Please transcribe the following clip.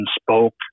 spoke